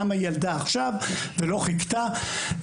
למה היא ילדה עכשיו ולא חיכתה.